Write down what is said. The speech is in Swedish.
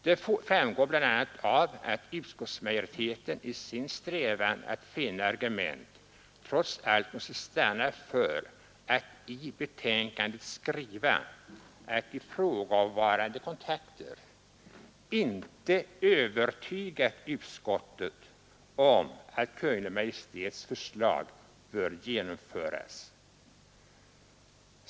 Detta framgår bl.a. av att utskotts majoriteten i sin strävan att finna argument trots allt måst stanna för att i betänkandet skriva att ifrågavarande kontakter inte övertygat utskottet om att Kungl. Maj:ts förslag bör genomföras.